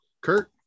Kurt